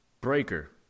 Breaker